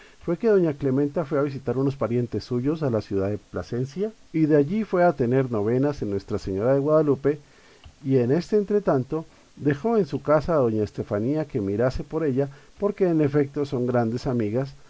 fue que doña clementa fue a visitar unos parientes suyos a la ciudad de plasencia y de allí fue a tener novenas en nuestra señora de guadalupe y en este entretanto dejó en su casa a doña estefanía que mirase por ella porque en efeto son grandes amigas